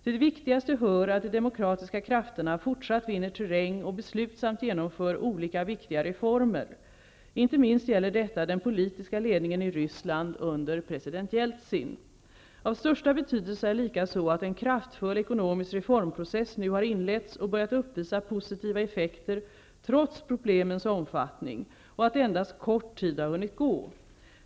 Till de viktigaste hör att de demokratiska krafterna fortsatt vinner terräng och beslutsamt genomför olika viktiga reformer. Inte minst gäller detta den politiska ledningen i Ryssland under president Jeltsin. Av största betydelse är likaså att en kraftfull ekonomisk reformprocess nu har inletts och börjat uppvisa positiva effekter trots problemens omfattning och att endast kort tid har hunnit gå.